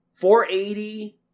480